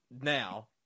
now